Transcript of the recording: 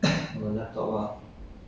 okay so what did you do at night